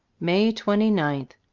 may twenty-ninth,